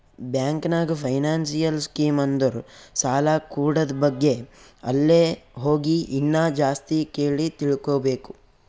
bank ನಾಗ್ financial scheme ಅಂದುರ್ ಸಾಲ ಕೂಡದ್ ಬಗ್ಗೆ ಅಲ್ಲೇ ಹೋಗಿ ಇನ್ನಾ ಜಾಸ್ತಿ ಕೇಳಿ ತಿಳ್ಕೋಬೇಕು